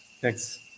Thanks